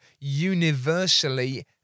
universally